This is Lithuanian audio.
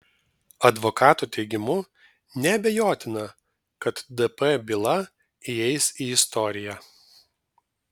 advokato teigimu neabejotina kad dp byla įeis į istoriją